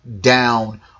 down